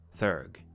Thurg